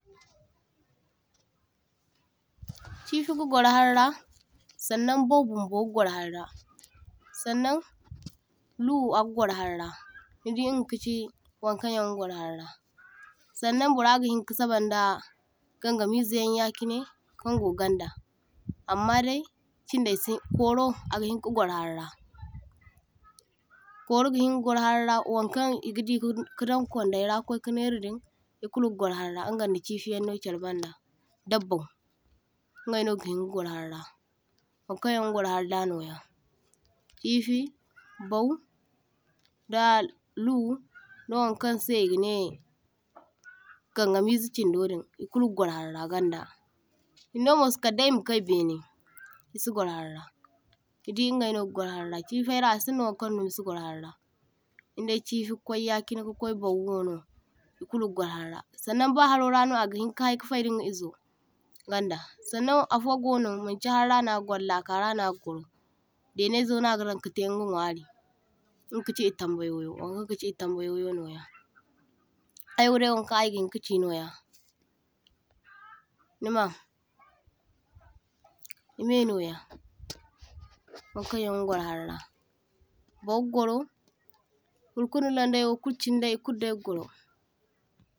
toh-toh Chife ga gwar harira, sannaŋ baw bumbo gagwar harira, sannaŋ lua a’ga gwar harira, nidi inga kachi waŋ kanyan ga gwar harira, sannaŋ burra gahinka sabanda gan gamizea yan yachine kaŋ go ganda amma dai chindai see, koro agahiŋ kagwar harira. Koro gahiŋ ka gwar harira, waŋ kaŋ igadi kadaŋ kwandaira kway’ka neradin, ikulu iga gwar harira, in ganda chife yanno charbanda da baw ingayyanno gahinka gwar harira, wankaŋ yaŋ gagwar harira noya, chife, baw, da lua, dawankaŋ sai e’gane gangamizea chindodin ikulu ga gwar harira ganda, chindo mo kadday ima kai baine I’see gwar harira, nidi ingayno ga gwar harira. Chifeara asinda wankaŋ dumo see gwar harira indai chife kwayachine da bawwo no ikulu ga gwar harira, sannaŋ ba harorana agahinka hai kafayda inga ezo ganda. Sannan affo gono manchi harira na gagwaro, lakarano a’ga gwaro, dainayzo na gadan katay inga nwari, inga kachi itambayoyo, wankan kachi itambayoyo no ya. Aywodai hakaŋ I gahinkachi noya nima e’mainoya wankanyaŋ ga gwaro harira, baw ga gwaro, furkunda lundayan kulu chinayan kulu dayyan gagwaro.